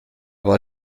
war